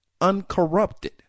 uncorrupted